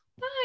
bye